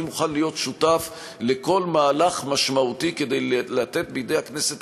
אני מוכן להיות שותף לכל מהלך משמעותי כדי לתת בידי הכנסת